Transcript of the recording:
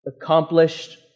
Accomplished